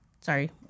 sorry